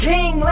King